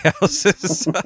houses